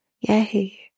Yay